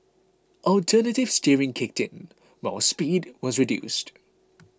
alternative steering kicked in while speed was reduced